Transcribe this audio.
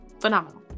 phenomenal